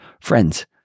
Friends